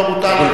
לא בוטל,